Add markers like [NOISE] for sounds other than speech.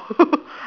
[LAUGHS]